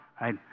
right